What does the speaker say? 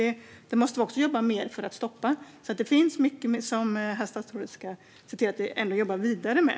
Det måste vi också jobba mer med för att stoppa. Det finns alltså mycket som statsrådet ska se till att vi ändå jobbar vidare med.